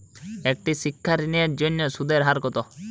একটি শিক্ষা ঋণের জন্য সুদের হার কত?